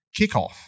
kickoff